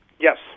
yes